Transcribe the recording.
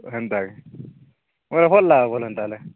ହେନ୍ତା କେ ବୋଲେ ଭଲ୍ ଲାଗଵ ଏନ୍ତା ହେଲେ